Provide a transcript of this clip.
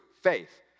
faith